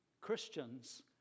Christians